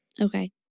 Okay